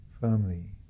firmly